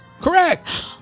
Correct